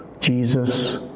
Jesus